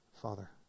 father